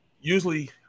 usually